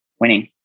Winning